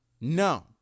No